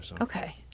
Okay